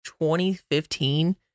2015